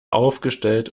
aufgestellt